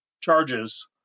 charges